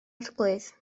arglwydd